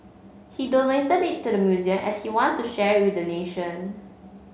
he donated it to the museum as he wants to share with the nation